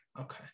Okay